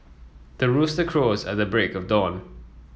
the rooster crows at the break of dawn